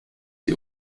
die